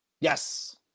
Yes